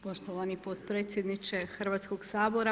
Poštovani potpredsjedniče Hrvatskog sabora.